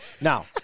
Now